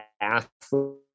athlete